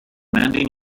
demanding